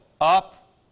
up